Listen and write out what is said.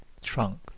trunk